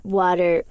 water